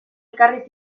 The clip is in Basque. ekarri